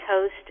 toast